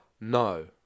No